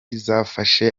zafashe